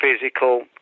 physical